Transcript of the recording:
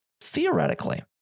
theoretically